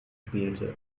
spielte